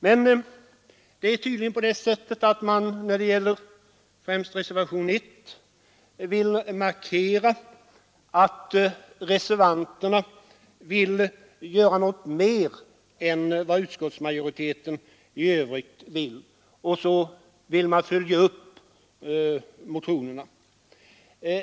Men det är tydligen så att man — främst när det gäller reservationen 1 — önskar markera att reservanterna vill göra något mera än utskottet i övrigt, och så vill man följa upp motionerna.